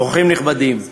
אורחים נכבדים,